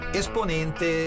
esponente